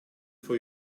for